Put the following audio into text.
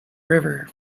river